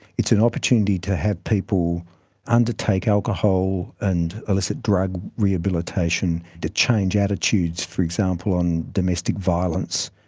it's an opportunity to have people undertake alcohol and illicit drug rehabilitation to change attitudes, for example, on domestic violence,